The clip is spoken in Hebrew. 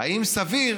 האם סביר